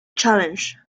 challenge